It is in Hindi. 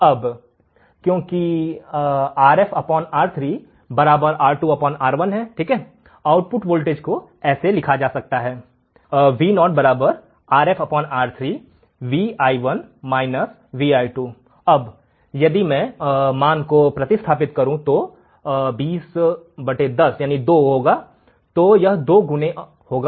अब क्योंकि Rf R3 R2 R1 output voltage को ऐसे लिखा जा सकता है यदि मैं मान को प्रतिस्थापित करूं तो 2010 2 तो यह 2 गुने होगा